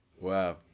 Wow